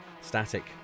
Static